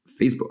Facebook